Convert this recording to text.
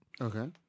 Okay